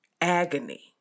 agony